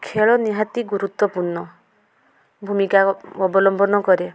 ଖେଳ ନିହାତି ଗୁରୁତ୍ୱପୂର୍ଣ୍ଣ ଭୂମିକା ଅବଲମ୍ବନ କରେ